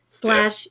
slash